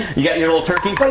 you get your little turkey but